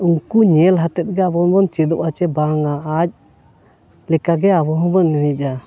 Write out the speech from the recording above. ᱩᱱᱠᱩ ᱧᱮᱞ ᱦᱚᱛᱮ ᱜᱮ ᱟᱵᱚ ᱦᱚᱸᱵᱚᱱ ᱪᱮᱫᱚᱜᱼᱟ ᱪᱮ ᱵᱟᱝᱼᱟ ᱟᱡ ᱞᱮᱠᱟᱜᱮ ᱟᱵᱚ ᱦᱚᱸᱵᱚᱱ ᱮᱱᱮᱡᱼᱟ